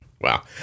Wow